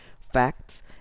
facts